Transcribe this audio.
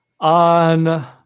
On